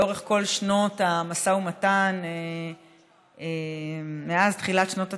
לאורך כל שנות המשא ומתן מאז תחילת שנות ה-90,